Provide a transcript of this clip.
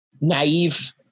naive